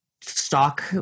stock